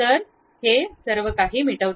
तर हे सर्व काही मिटवते